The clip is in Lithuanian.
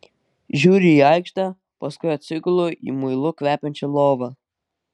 žiūriu į aikštę paskui atsigulu į muilu kvepiančią lovą